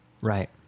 Right